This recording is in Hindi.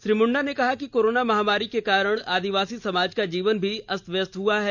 श्री मुंडा ने कहा कि कोरोना महामारी के कारण आदिवासी समाज का जीवन भी अस्त व्यस्त हुआ है